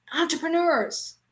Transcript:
entrepreneurs